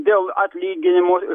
dėl atlyginimų